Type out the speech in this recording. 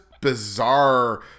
bizarre